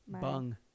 Bung